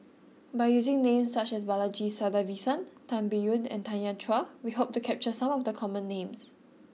by using names such as Balaji Sadasivan Tan Biyun and Tanya Chua we hope to capture some of the common names